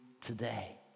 today